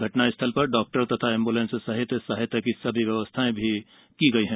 घटना स्थल र डॉक्टर तथा एम्ब्लेंस सहित सहायता की सभी व्यवस्थाएँ भी की गई हैं